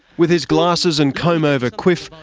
with his glasses and comb-over quiff,